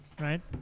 right